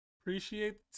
Appreciate